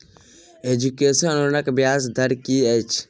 Education लोनक ब्याज दर की अछि?